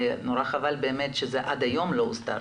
נורא חבל שזה עד היום לא הוסדר.